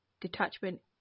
Detachment